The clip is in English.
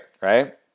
right